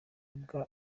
bwa